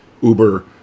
Uber